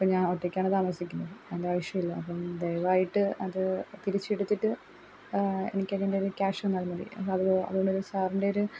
അപ്പോൾ ഞാൻ ഒറ്റയ്ക്കാണ് താമസിക്കുന്നത് അതിന്റെ ആവിശ്യമില്ല അപ്പം ദയവായിട്ട് അത് തിരിച്ചെടുത്തിട്ട് എനിക്കതിന്റെ ഒരു ക്യാഷ് തന്നാലും മതി എന്നാലും അതുകൊണ്ടൊരു സാറിന്റെ ഒരു